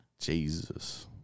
Jesus